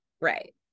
Right